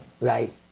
right